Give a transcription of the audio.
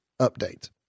update